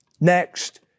Next